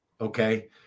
okay